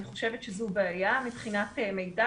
אני חושבת שזו בעיה מבחינת מידע.